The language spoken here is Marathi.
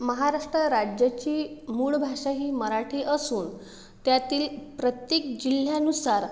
महाराष्ट्र राज्याची मूळ भाषा ही मराठी असून त्यातील प्रत्येक जिल्ह्यानुसार